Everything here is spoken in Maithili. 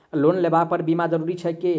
लोन लेबऽ पर बीमा जरूरी छैक की?